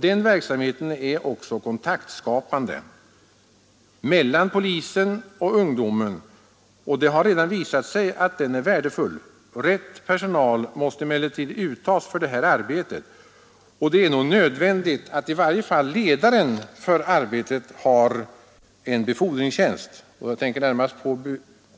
Den verksamheten är också kontaktskapande mellan polisen och ungdomen och har redan visat sig värdefull. Rätt personal måste emellertid tas ut för detta arbete, och det är nog nödvändigt att i varje fall ledaren för arbetet har en befordringstjänst — jag tänker då närmast på